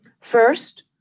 First